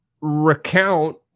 recount